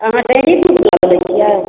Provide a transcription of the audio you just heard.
अहाँ dairy food लगबै छियै